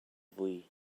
vui